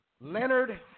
Leonard